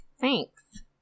Thanks